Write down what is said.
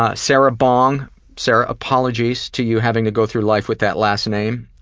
ah sarah bong sarah, apologies to you having to go through life with that last name,